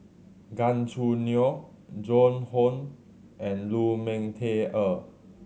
Gan Choo Neo Joan Hon and Lu Ming Teh Earl